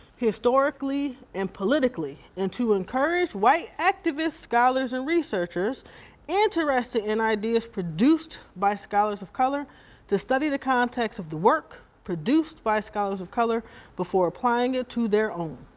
historically, and politically and to encourage white activist scholars and researchers interested in ideas produced by scholars of color to study the context of the work produced by scholars of color before applying it ah to their own.